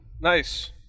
Nice